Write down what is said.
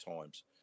times